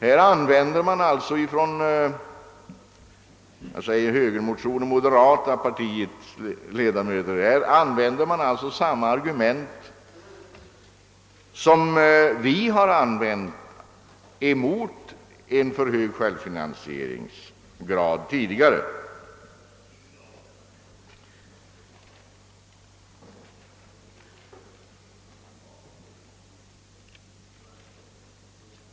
Här använder alltså ledamöter av moderata samlingspartiet samma argument som vi tidigare har åberopat mot en alltför hög självfinansieringsgrad.